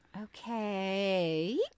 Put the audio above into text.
Okay